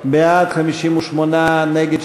תגמולים לנכים,